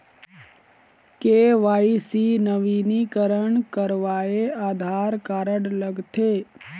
KYC नवीनीकरण करवाये Aadhaar card लगथे?